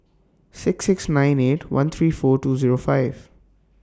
six six nine eight one three four two Zero five